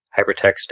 hypertext